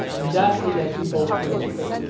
and that's how you got people to your offer.